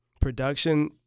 Production